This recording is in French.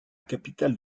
capitale